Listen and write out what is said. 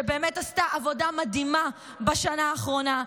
שבאמת עשתה עבודה מדהימה בשנה האחרונה.